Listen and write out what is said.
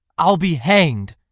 i'll be hanged.